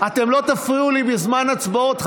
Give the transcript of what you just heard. אתם לא תפריעו לי בזמן הצבעות,